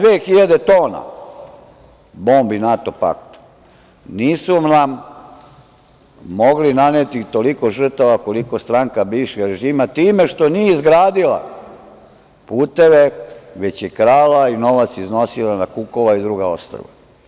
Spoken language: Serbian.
Dvadeset dve hiljade tona bombi NATO pakta nisu nam mogle naneti toliko žrtava koliko stranka bivšeg režima, time što nije izgradila puteve, već je krala i novac iznosila na Kukova i druga ostrva.